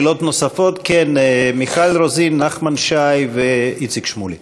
שאלות נוספות, מיכל רוזין, נחמן שי ואיציק שמולי.